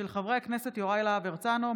חברי הכנסת יוראי להב הרצנו,